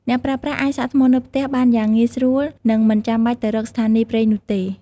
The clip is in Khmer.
អ្នកប្រើប្រាស់អាចសាកថ្មនៅផ្ទះបានយ៉ាងងាយស្រួលនិងមិនចាំបាច់ទៅរកស្ថានីយ៍ប្រេងនោះទេ។